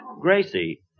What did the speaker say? Gracie